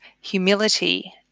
humility